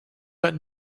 got